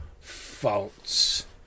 false